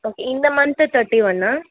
okay இந்த month thirty ஒன்றா